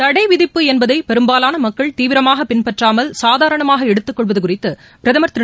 தடை விதிப்பு என்பதை பெரும்பாலான மக்கள் தீவிரமாக பின்பற்றாமல் சாதாரணமாக எடுத்துக்கொள்வது குறித்து பிரதமர் திரு